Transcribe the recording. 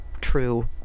true